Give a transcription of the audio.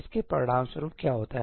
इसके परिणामस्वरूप क्या होता है